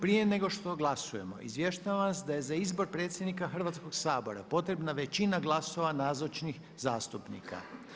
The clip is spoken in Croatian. Prije nego što glasujemo, izvještavam vas da je izbor predsjednika Hrvatskoga sabora potrebna većina glasova nazočnih zastupnika.